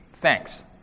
thanks